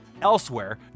elsewhere